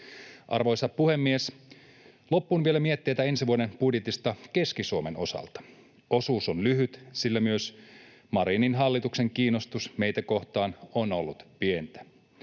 Arvoisa puhemies! Loppuun vielä mietteitä ensi vuoden budjetista Keski-Suomen osalta. Osuus on lyhyt, sillä myös Marinin hallituksen kiinnostus meitä kohtaan on ollut pientä.